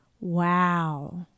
Wow